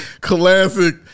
Classic